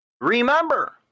remember